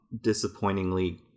disappointingly